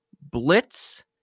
Blitz